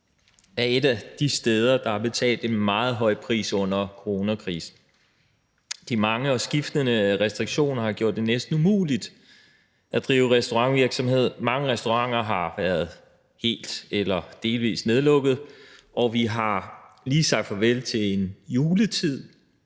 er et af de steder, der har betalt en meget høj pris under coronakrisen. De mange og skiftende restriktioner har gjort det næsten umuligt at drive restaurantvirksomhed. Mange restauranter har været helt eller delvist nedlukket, og vi har lige sagt farvel til en juletid,